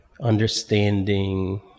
understanding